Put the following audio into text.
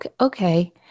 okay